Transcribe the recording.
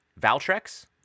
Valtrex